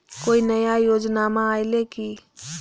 कोइ नया योजनामा आइले की?